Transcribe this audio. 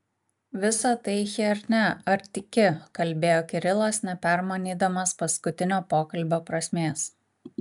visa tai chiernia ar tiki kalbėjo kirilas nepermanydamas paskutinio pokalbio prasmės